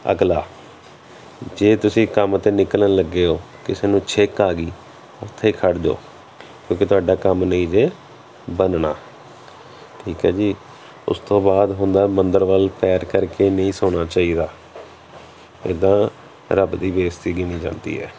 ਅਗਲਾ ਜੇ ਤੁਸੀਂ ਕੰਮ 'ਤੇ ਨਿਕਲਣ ਲੱਗੇ ਹੋ ਕਿਸੇ ਨੂੰ ਛਿੱਕ ਆ ਗਈ ਉੱਥੇ ਖੜ੍ਹ ਜਾਓ ਕਿਉਂਕਿ ਤੁਹਾਡਾ ਕੰਮ ਨਹੀਂ ਜੇ ਬਣਨਾ ਠੀਕ ਹੈ ਜੀ ਉਸ ਤੋਂ ਬਾਅਦ ਹੁੰਦਾ ਮੰਦਰ ਵੱਲ ਪੈਰ ਕਰਕੇ ਨਹੀਂ ਸੌਣਾ ਚਾਹੀਦਾ ਇੱਦਾਂ ਰੱਬ ਦੀ ਬੇਇਜ਼ਤੀ ਗਿਣੀ ਜਾਂਦੀ ਹੈ